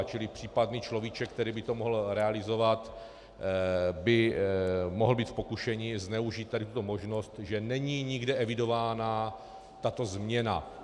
Čili případný človíček, který by to mohl realizovat, by mohl být v pokušení zneužít tady tuto možnost, že není nikde evidována tato změna.